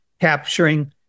capturing